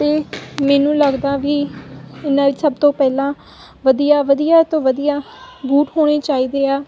ਅਤੇ ਮੈਨੂੰ ਲੱਗਦਾ ਵੀ ਇਹਨਾਂ ਦੀ ਸਭ ਤੋਂ ਪਹਿਲਾਂ ਵਧੀਆ ਵਧੀਆ ਤੋਂ ਵਧੀਆ ਬੂਟ ਹੋਣੇ ਚਾਹੀਦੇ ਆ